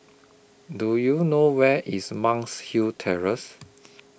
Do YOU know Where IS Monk's Hill Terrace